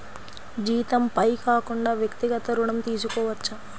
జీతంపై కాకుండా వ్యక్తిగత ఋణం తీసుకోవచ్చా?